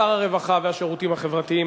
שר הרווחה והשירותים החברתיים,